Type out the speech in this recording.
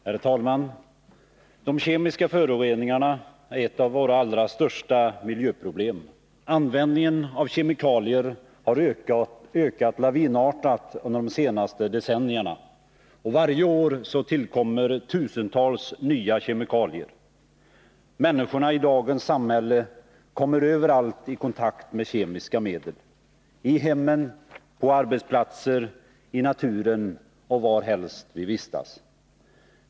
Herr talman! De kemiska föroreningarna är ett av våra allra största miljöproblem. Användningen av kemikalier har ökat lavinartat under de senaste decennierna. Varje år tillkommer tusentals nya kemikalier. Människorna i dagens samhälle kommer överallt i kontakt med kemiska medel — i hemmen, på arbetsplatser, i naturen och varhelst vi vistas.